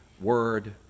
word